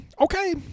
Okay